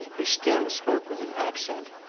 he still spoke with an accent.